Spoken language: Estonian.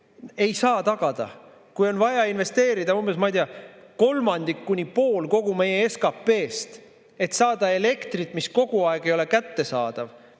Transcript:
Ei saa tagada. Kui on vaja investeerida kolmandik kuni pool kogu meie SKP‑st, et saada elektrit, mis kogu aeg ei ole kättesaadav,